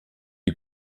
die